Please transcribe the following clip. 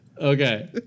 Okay